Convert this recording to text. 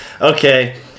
okay